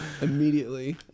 immediately